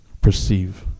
perceive